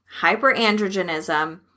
Hyperandrogenism